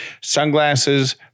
Sunglasses